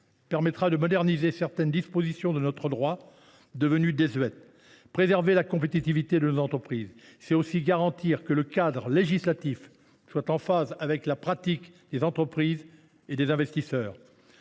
permettra de moderniser certaines dispositions de notre droit devenues désuètes. Mes chers collègues, préserver la compétitivité de nos entreprises, c’est aussi garantir un cadre législatif en phase avec les pratiques des entreprises et des investisseurs.